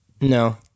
No